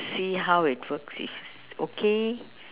see how it works if it's okay